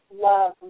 love